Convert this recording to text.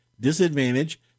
disadvantage